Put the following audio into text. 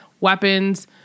weapons